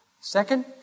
Second